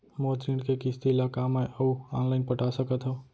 मोर ऋण के किसती ला का मैं अऊ लाइन पटा सकत हव?